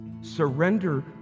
Surrender